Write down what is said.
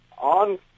on